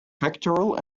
pectoral